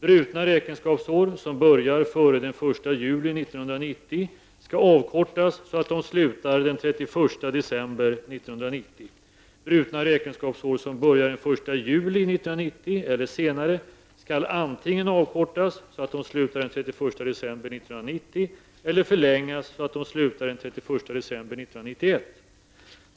Brutna räkenskapsår, som börjar före den 1 juli 1990, skall avkortas så att de slutar den 31 december 1990. Brutna räkenskapsår, som börjar den 1 juli 1990 eller senare, skall antingen avkortas så att de slutar den 31 december 1990 eller förlängas så att de slutar den 31 december 1991.